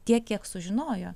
tiek kiek sužinojo